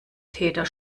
täter